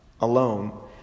alone